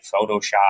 Photoshop